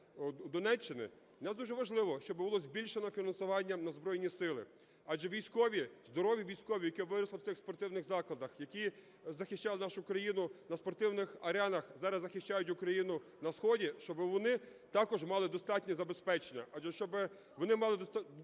Донеччини. Для нас дуже важливо, щоб було збільшено фінансування на Збройні Сили, адже військові, здорові військові, які виросли в цих спортивних закладах, які захищали нашу країну на спортивних аренах, зараз захищають Україну на сході, щоб вони також мали достатнє забезпечення,